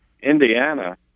Indiana